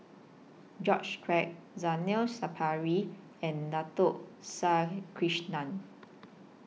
George Quek Zainal Sapari and Dato Sri Krishna